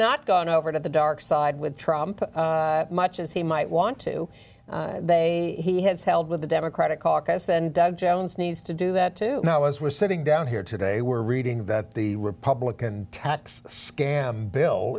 not gone over to the dark side with trump much as he might want to they he has held with the democratic caucus and doug jones needs to do that too now as we're sitting down here today we're reading that the republican tax scam bill